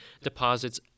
deposits